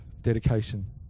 dedication